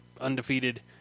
undefeated